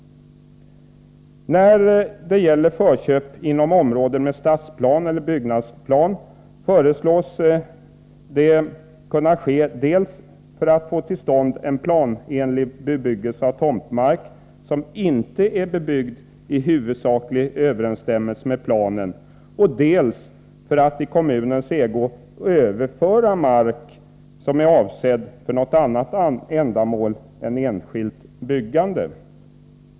När det gäller förköp inom områden med stadsplan eller byggnadsplan föreslås detta kunna ske dels för att få till stånd en planenlig bebyggelse av tomtmark som inte är bebyggd i huvudsaklig överensstämmelse med planen, dels för att i kommunens ägo överföra mark som är avsedd för något annat ändamål än enskilt byggande.